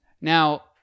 Now